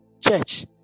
Church